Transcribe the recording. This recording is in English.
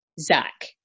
Zach